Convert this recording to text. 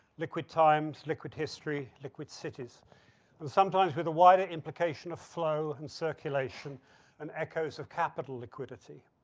liquid times, liquid history, liquid cities, and sometimes with a wider implication of flow and circulation and echoes of capital liquidity.